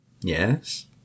yes